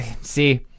See